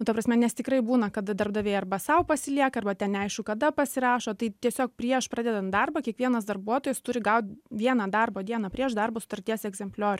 nu ta prasme nes tikrai būna kad darbdaviai arba sau pasilieka ten neaišku kada pasirašo tai tiesiog prieš pradedant darbą kiekvienas darbuotojas turi gaut vieną darbo dieną prieš darbo sutarties egzempliorių